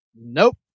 Nope